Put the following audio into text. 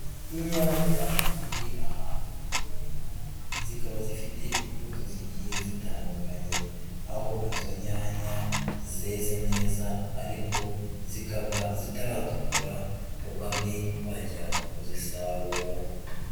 Inyanya ziteye ahantu mu murima, zikaba zifite imbuto zigiye zitandukanye. Aho izo nyanya zeze neza ariko, zikaba zitaratukura ngo babe bajya kuzisarura.